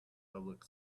public